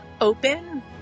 open